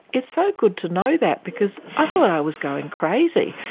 it's so good to know that because i thought i was going crazy,